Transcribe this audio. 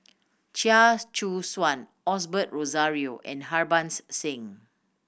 Chia Choo Suan Osbert Rozario and Harbans Singh